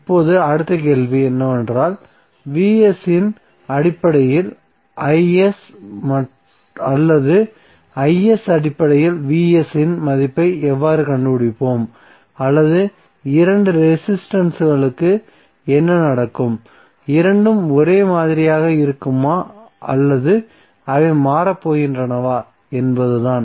இப்போது அடுத்த கேள்வி என்னவென்றால் இன் அடிப்படையில் அல்லது அடிப்படையில் இன் மதிப்பை எவ்வாறு கண்டுபிடிப்போம் அல்லது இந்த இரண்டு ரெசிஸ்டன்ஸ்க்கு என்ன நடக்கும் இரண்டும் ஒரே மாதிரியாக இருக்குமா அல்லது அவை மாறப்போகின்றனவா என்பதுதான்